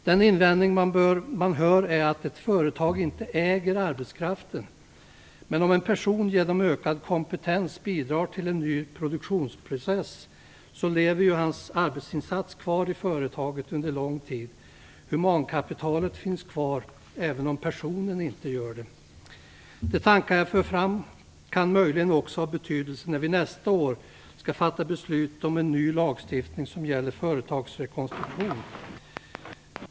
Den invändning man hör är att ett företag inte äger arbetskraften. Men om en person genom ökad kompetens bidrar till en ny produktionsprocess lever ju hans arbetsinsats kvar i företag under lång tid. Humankapitalet finns kvar även om personen inte gör det. De tankar jag för fram kan möjligen också ha betydelse när vi nästa år skall fatta beslut om en ny lagstiftning som gäller företagsrekonstruktioner.